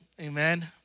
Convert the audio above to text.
Amen